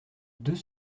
deux